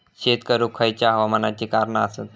शेत करुक खयच्या हवामानाची कारणा आसत?